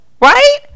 Right